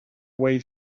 way